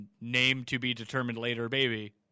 name-to-be-determined-later-baby